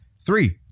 Three